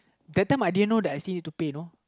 that time I didn't know that I still need to pay you know